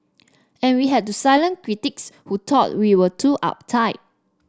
and we had to silence critics who thought we were too uptight